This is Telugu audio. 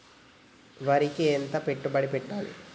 వరికి ఎంత పెట్టుబడి పెట్టాలి?